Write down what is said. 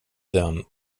den